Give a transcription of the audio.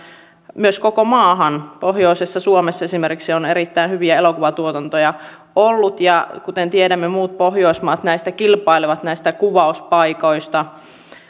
myös koko maahan pohjoisessa suomessa esimerkiksi on erittäin hyviä elokuvatuotantoja ollut ja kuten tiedämme muut pohjoismaat kilpailevat näistä kuvauspaikoista